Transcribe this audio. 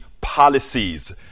policies